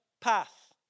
path